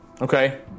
Okay